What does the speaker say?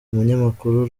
umunyamakuru